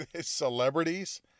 celebrities